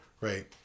right